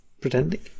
pretending